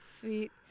Sweet